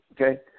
Okay